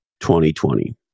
2020